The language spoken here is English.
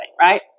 right